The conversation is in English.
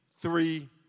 three